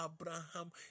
Abraham